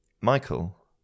Michael